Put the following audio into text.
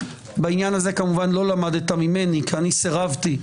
בעניין הזה כמובן לא למדת ממני כי סירבתי.